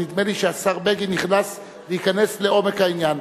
נדמה לי שהשר בגין נכנס וייכנס לעומק העניין.